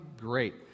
great